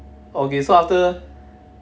okay so after